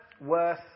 worth